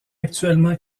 actuellement